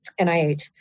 NIH